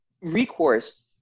recourse